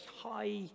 high